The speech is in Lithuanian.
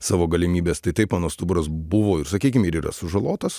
savo galimybes tai taip mano stuburas buvo ir sakykim ir yra sužalotas